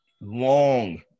Long